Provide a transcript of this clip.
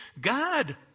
God